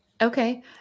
Okay